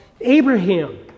Abraham